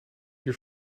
your